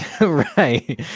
right